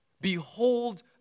Behold